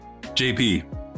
JP